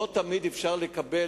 לא תמיד אפשר לקבל,